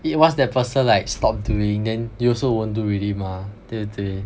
it~ once that person like stop doing then you also won't do already mah 对不对